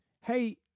Hey